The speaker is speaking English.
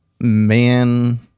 man